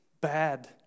bad